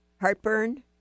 heartburn